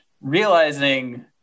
realizing